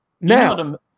Now